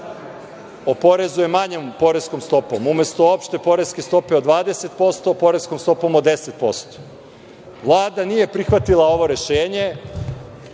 oporezuje manjom poreskom stopom, umesto opšte poreske stope od 20% poreskom stopom od 10%. Vlada nije prihvatila ovo rešenje,